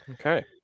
Okay